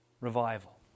revival